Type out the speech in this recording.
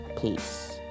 Peace